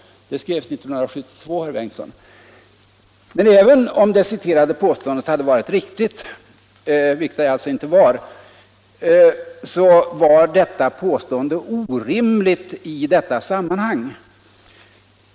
Det skrevs 1972, herr Bengtsson. Men även om det citerade påståendet hade varit riktigt — vilket det alltså inte är — var det orimligt i detta sammanhang.